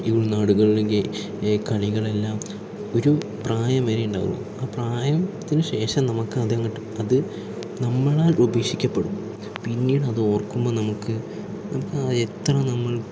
ഈ ഉൾനാടുകളിൽ ഈ കളികളെല്ലാം ഒരു പ്രായം വരെ ഉണ്ടാവുകയുള്ളൂ ആ പ്രായത്തിന് ശേഷം നമുക്ക് അത് അങ്ങോട്ട് അത് നമ്മളാൽ ഉപേക്ഷിക്കപെടും പിന്നീട് അത് ഓർക്കുമ്പോൾ നമുക്ക് നമുക്ക് ആ എത്ര നമ്മൾ